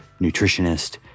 nutritionist